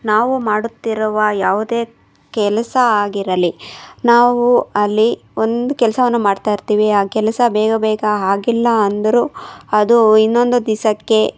ನಾವು ಮಾಡುತ್ತಿರುವ ಯಾವುದೇ ಕೆಲಸ ಆಗಿರಲಿ ನಾವು ಅಲ್ಲಿ ಒಂದು ಕೆಲಸವನ್ನ ಮಾಡ್ತಾ ಇರ್ತೀವಿ ಆ ಕೆಲಸ ಬೇಗ ಬೇಗ ಆಗಿಲ್ಲ ಅಂದರೂ ಅದು ಇನ್ನೊಂದು ದಿವ್ಸಕ್ಕೆ